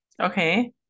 okay